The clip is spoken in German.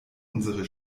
unsere